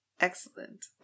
Excellent